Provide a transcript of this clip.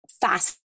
fast